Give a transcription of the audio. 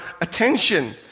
attention